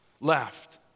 left